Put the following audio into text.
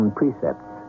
precepts